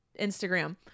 Instagram